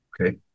Okay